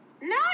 No